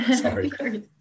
Sorry